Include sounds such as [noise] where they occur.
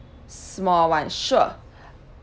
small one sure [breath]